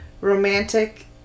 romantic